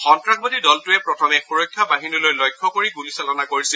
সন্তাসবাদী দলটোৰে প্ৰথমে সূৰক্ষা বাহিনীলৈ লক্ষ্য কৰি গুলীচালনা কৰিছিল